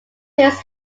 hills